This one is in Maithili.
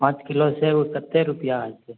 पाँच किलो सेब कतेक रुपआ होयतै